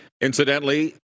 Incidentally